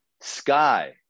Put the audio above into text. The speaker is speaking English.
Sky